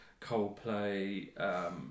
Coldplay